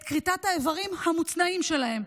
את כריתת האיברים המוצנעים שלהם.